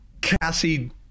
Cassie